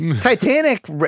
Titanic